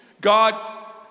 God